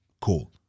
cool